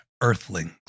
Earthlings